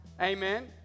Amen